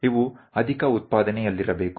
ಇವು ಅಧಿಕ ಉತ್ಪಾದನೆಯಲ್ಲಿರಬೇಕು